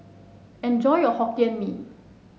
enjoy your Hokkien Mee